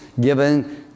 given